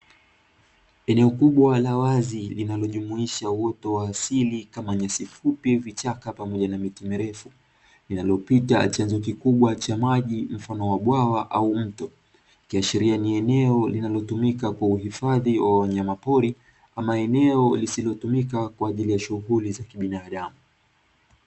Eneo kubwa la wazi linalojumuisha uoto wa asili kama nyasi fupi, vichaka pamoja na miti mirefu linalopita chanzo kikubwa cha maji mfano wa bwawa au mto, ikiashiria ni eneo linalotumika kwa hifadhi ya wanyama pori, ama eneo lisislotumika kwa ajili ya shughuli za kiinadamu.